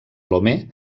lomé